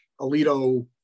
Alito